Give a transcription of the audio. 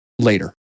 Later